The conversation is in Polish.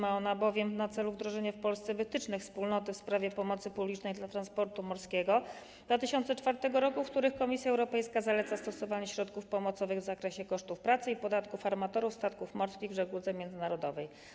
Ma ona bowiem na celu wdrożenie w Polsce wytycznych Wspólnoty w sprawie pomocy publicznej dla transportu morskiego w 2004 r., w których Komisja Europejska zaleca stosowanie środków pomocowych w zakresie kosztów pracy i podatków armatorów statków morskich w żegludze międzynarodowej.